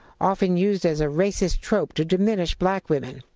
often used as a racist trope to diminish black women.